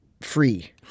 free